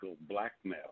blackmail